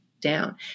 down